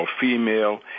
female